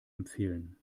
empfehlen